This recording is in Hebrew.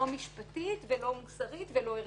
לא משפטית ולא מוסרית ולא ערכית.